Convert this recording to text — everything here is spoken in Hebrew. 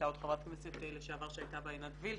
הייתה עוד חברת כנסת לשעבר שהייתה בה, עינת וילף.